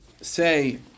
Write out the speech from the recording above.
say